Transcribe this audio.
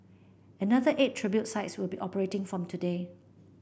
another eight tribute sites will be operating from today